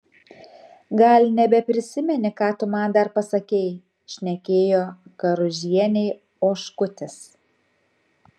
gal nebeprisimeni ką tu man dar pasakei šnekėjo karužienei oškutis